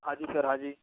हाँ जी सर हाँ जी